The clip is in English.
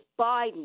Biden